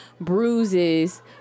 bruises